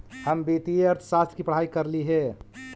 हम वित्तीय अर्थशास्त्र की पढ़ाई करली हे